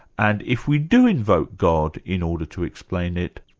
and if we do invoke god in order to explain it,